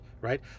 right